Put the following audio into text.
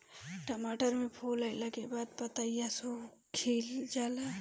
टमाटर में फूल अईला के बाद पतईया सुकुर जाले?